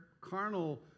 carnal